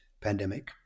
pandemic